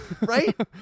Right